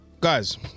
guys